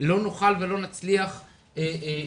לא נוכל ולא נצליח לעבוד.